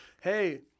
Hey